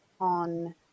on